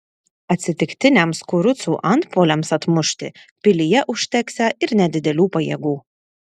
atsitiktiniams kurucų antpuoliams atmušti pilyje užteksią ir nedidelių pajėgų